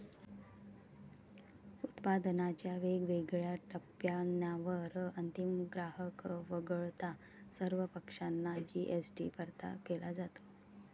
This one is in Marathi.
उत्पादनाच्या वेगवेगळ्या टप्प्यांवर अंतिम ग्राहक वगळता सर्व पक्षांना जी.एस.टी परत केला जातो